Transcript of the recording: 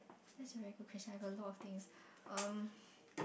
that's a very good question I have a lot of things um